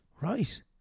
Right